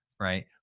right